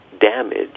damage